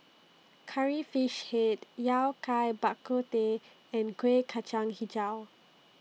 Curry Fish Head Yao Kai Bak Kut Teh and Kuih Kacang Hijau